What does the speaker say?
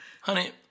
Honey